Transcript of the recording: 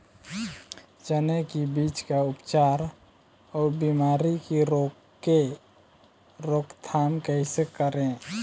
चने की बीज का उपचार अउ बीमारी की रोके रोकथाम कैसे करें?